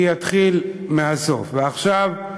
אני אתחיל מהסוף, ועכשיו,